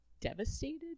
devastated